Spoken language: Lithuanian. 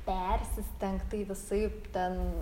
persistengt tai visaip ten